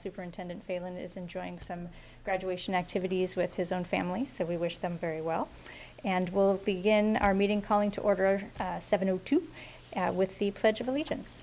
superintendent phailin is enjoying some graduation activities with his own family so we wish them very well and we'll begin our meeting calling to order seven o two with the pledge of allegiance